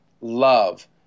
love